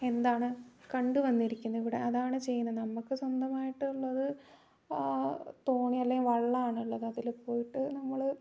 എന്താണ് കണ്ടു വന്നിരിക്കുന്നത് ഇവിടെ അതാണ് ചെയ്യുന്നത് നമുക്ക് സ്വന്തമായിട്ട് ഉള്ളത് തോണി അല്ലെങ്കിൽ വള്ളമാണ് ഉള്ളത് അതിൽ പോയിട്ട് നമ്മൾ